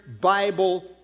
Bible